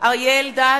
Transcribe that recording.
אריה אלדד,